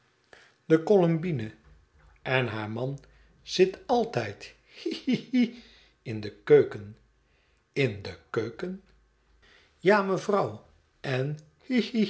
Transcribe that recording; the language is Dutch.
de columbine en haar man zit altijd hi hi hi in de keuken in de keuken ja mevrouw en hi